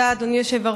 תודה, אדוני היושב-ראש.